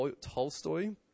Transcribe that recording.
Tolstoy